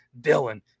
Dylan